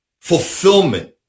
fulfillment